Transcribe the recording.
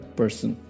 person